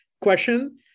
question